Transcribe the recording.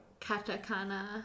katakana